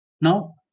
Now